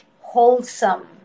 wholesome